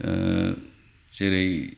जेरै